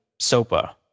SOPA